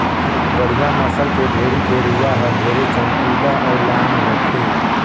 बड़िहा नसल के भेड़ी के रूवा हर ढेरे चमकीला अउ लाम होथे